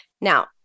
Now